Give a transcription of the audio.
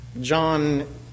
John